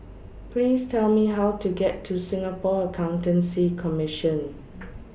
Please Tell Me How to get to Singapore Accountancy Commission